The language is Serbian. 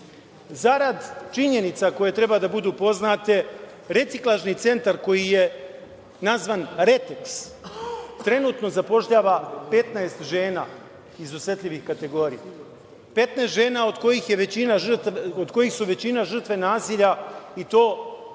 činjenica koje treba da budu poznate, Reciklažni centar koji je nazvan „Reteks“ trenutno zapošljava 15 žena iz osetljivih kategorija, od kojih su većina žrtve nasilja i to sa